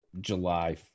July